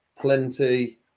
plenty